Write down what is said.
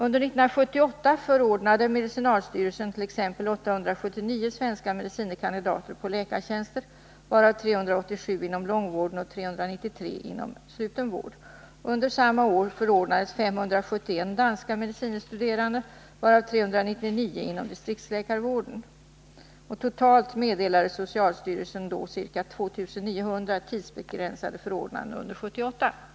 Under 1978 förordnade socialstyrelsen t.ex. 879 svenska medicine kandidater på läkartjänster, varav 387 inom långvården och 393 inom sluten vård. Under samma år förordnades 571 danska medicine studerande, varav 399 inom distriktsläkarvården. Totalt meddelade socialstyrelsen då ca 2 900 tidsbegränsade förordnanden under 1978.